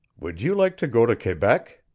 would you like to go to quebec?